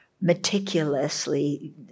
meticulously